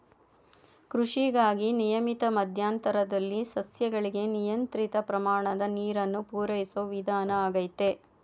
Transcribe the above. ಕೃಷಿಗಾಗಿ ನಿಯಮಿತ ಮಧ್ಯಂತರದಲ್ಲಿ ಸಸ್ಯಗಳಿಗೆ ನಿಯಂತ್ರಿತ ಪ್ರಮಾಣದ ನೀರನ್ನು ಪೂರೈಸೋ ವಿಧಾನ ಆಗೈತೆ